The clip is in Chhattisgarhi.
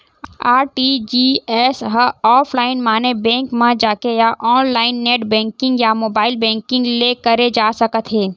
आर.टी.जी.एस ह ऑफलाईन माने बेंक म जाके या ऑनलाईन नेट बेंकिंग या मोबाईल बेंकिंग ले करे जा सकत हे